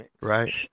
right